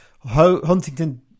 Huntington